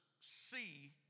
see